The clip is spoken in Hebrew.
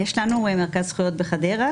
הדיון הקודם היה דיון על הנוסח שעבר בקריאה ראשונה,